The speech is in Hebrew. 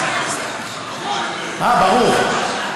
ברור.